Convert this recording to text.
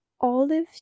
olive